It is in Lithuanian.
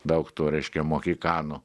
daug tų reiškia mochikanų